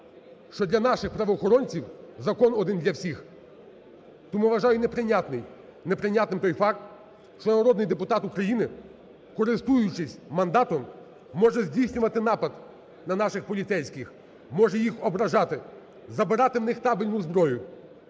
що для наших правоохоронців закон один для всіх. Тому вважаю неприйнятним той факт, що народний депутат України, користуючись мандатом, може здійснювати напад на наших поліцейських, може їх ображати, забирати в них табельну зброю,